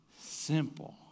simple